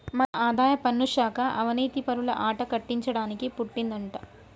మన ఆదాయపన్ను శాఖ అవనీతిపరుల ఆట కట్టించడానికి పుట్టిందంటా